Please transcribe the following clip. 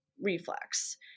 reflex